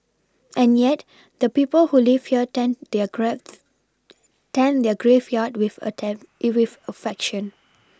and yet the people who live here tend their grads tend their graveyard with attend with affection